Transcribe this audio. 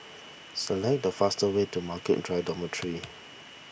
select the faster way to Margaret Drive Dormitory